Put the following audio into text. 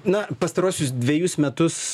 na pastaruosius dvejus metus